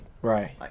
Right